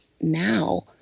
now